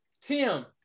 Tim